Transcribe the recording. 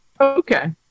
Okay